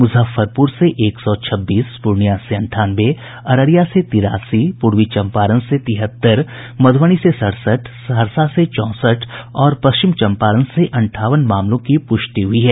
मुजफ्फरपुर से एक सौ छब्बीस पूर्णियां से अंठानवे अररिया से तेरासी पूर्वी चम्पारण से तिहत्तर मधुबनी से सड़सठ सहरसा से चौंसठ और पश्चिम चम्पारण से अंठावन मामलों की पुष्टि हई है